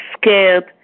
scared